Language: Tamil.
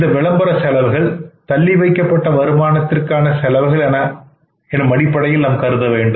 இந்த விளம்பர செலவுகள் தள்ளிவைக்கப்பட்ட வருமானத்திற்கான செலவுகள் என அடிப்படையில் நாம் கருதவேண்டும்